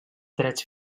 drets